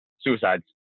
suicides